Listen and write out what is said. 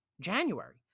january